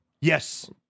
Yes